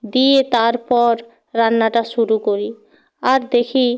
দিয়ে তারপর রান্নাটা শুরু করি আর দেখি